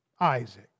Isaac